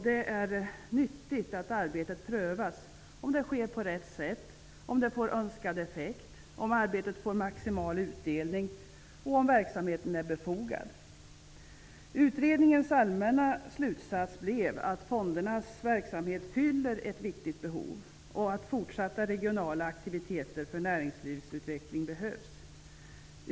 Det är nyttigt att pröva om arbetet sker på rätt sätt, om det får önskad effekt och maximal utdelning och om verksamheten är befogad. Utredningens allmänna slutsats blev att fondernas verksamhet fyller ett viktigt behov och att fortsatta regionala aktiviteter för näringslivsutveckling behövs.